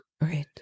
Right